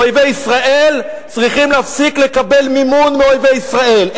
אויבי ישראל צריכים להפסיק לקבל מימון מאויבי ישראל.